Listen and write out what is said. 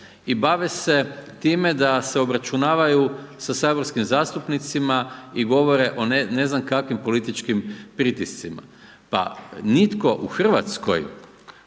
i bave se time da se obračunavaju sa saborskim zastupnicima i govore o ne znam kakvim političkim pritiscima. Pa nitko u RH u ovom